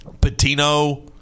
patino